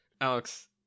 Alex